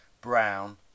Brown